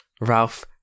Ralph